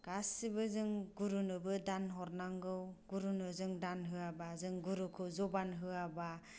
गासिबो जों गुरुनोबो दान हरनांगौ गुरुनो जों दान होआब्ला जों गुरुखौ जबान होआब्ला